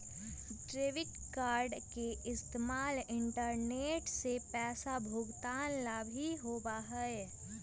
debit card के इस्तेमाल internet से पैसा भुगतान ला भी होबा हई